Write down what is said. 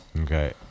Okay